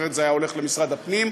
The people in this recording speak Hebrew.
אחרת זה היה הולך למשרד הפנים.